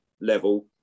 level